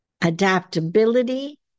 adaptability